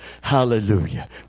Hallelujah